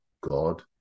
God